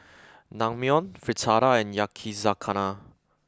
Naengmyeon Fritada and Yakizakana